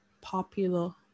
popular